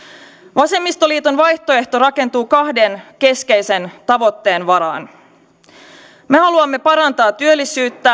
vasemmistoliiton vaihtoehto rakentuu kahden keskeisen tavoitteen varaan me haluamme parantaa työllisyyttä